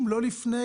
מקום,